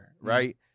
right